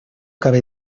cabe